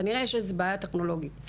כנראה שזה בעיה טכנולוגית.